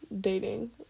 dating